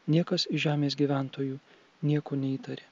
niekas iš žemės gyventojų nieko neįtarė